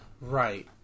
Right